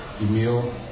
Emil